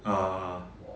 uh